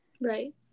Right